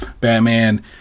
batman